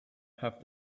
have